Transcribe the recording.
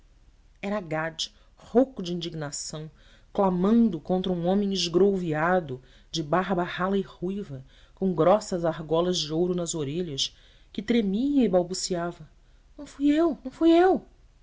era gade rouco de indignação clamando contra um homem esgrouviado de barba rala e ruiva com grossas argolas de ouro nas orelhas que tremia e balbuciava não fui eu não fui eu